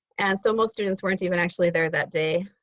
and so most students weren't even actually there that day.